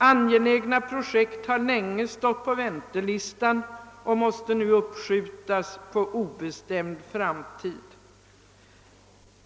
Angelägna projekt har länge stått på väntelistan och måste nu uppskjutas på obestämd framtid.